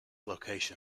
location